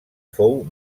fou